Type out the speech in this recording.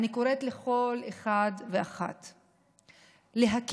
אני קוראת לכל אחד ואחת להכיר,